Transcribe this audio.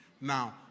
Now